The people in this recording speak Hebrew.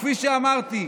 וכפי שאמרתי,